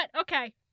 okay